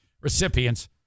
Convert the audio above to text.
recipients